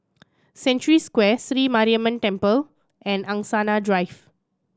Century Square Sri Mariamman Temple and Angsana Drive